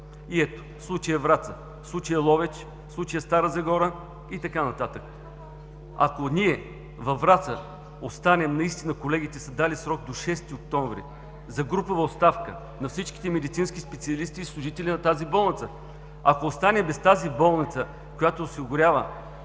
Ето – случая Враца, случая Ловеч, случая Стара Загора и т.н. Ако ние във Враца оставим нещата, колегите са дали срок до 6 октомври за групова оставка на всички медицински специалисти и служители на тази болница, ако останем без тази болница, която осигурява